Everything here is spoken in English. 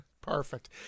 perfect